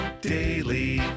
daily